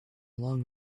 long